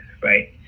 Right